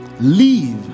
leave